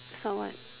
so what